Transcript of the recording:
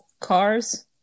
cars